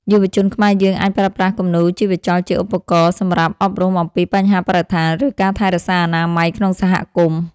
យុវជនខ្មែរយើងអាចប្រើប្រាស់គំនូរជីវចលជាឧបករណ៍សម្រាប់អប់រំអំពីបញ្ហាបរិស្ថាន ឬ ការថែរក្សាអនាម័យក្នុងសហគមន៍។